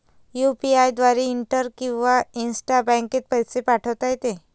UPI द्वारे inter किंवा intra बँकेत पैसे पाठवता येते